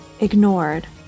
ignored